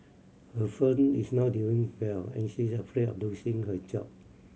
her firm is not doing well and she is afraid of losing her job